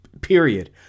period